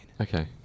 Okay